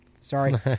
Sorry